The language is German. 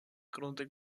grunde